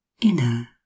inner